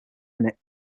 minute